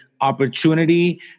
opportunity